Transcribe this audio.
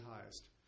highest